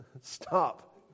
stop